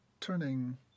turning